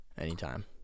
anytime